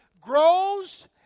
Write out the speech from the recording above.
grows